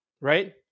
Right